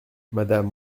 madame